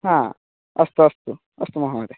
हा अस्तु अस्तु अस्तु महोदय